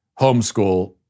homeschool